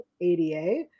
ADA